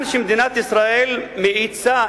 יש על